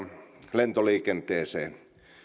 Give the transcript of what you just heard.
lentoliikenteeseen